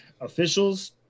officials